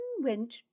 went